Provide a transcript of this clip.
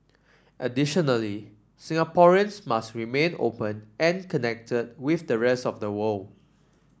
additionally Singaporeans must remain open and connected with the rest of the world